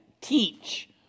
teach